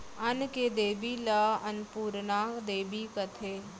अन्न के देबी ल अनपुरना देबी कथें